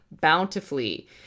bountifully